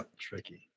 tricky